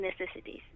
necessities